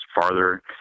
farther